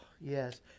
yes